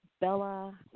Bella